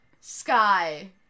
Sky